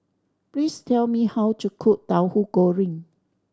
please tell me how to cook Tahu Goreng